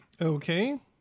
Okay